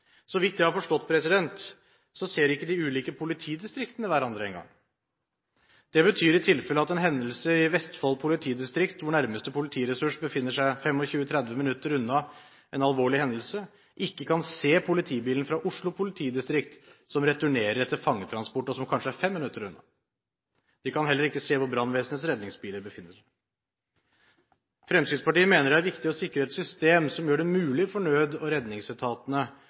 Så vidt jeg har forstått, ser ikke de ulike politidistriktene hverandre engang! Det betyr i tilfelle at en ved en alvorlig hendelse i Vestfold politidistrikt hvor nærmeste politiressurs befinner seg 25–30 minutter unna, ikke kan se politibilen fra Oslo politidistrikt som returnerer etter en fangetransport, og som kanskje er 5 minutter unna. De kan heller ikke se hvor brannvesenets redningsbiler befinner seg. Fremskrittspartiet mener det er viktig å sikre et system som gjør det mulig for nød- og redningsetatene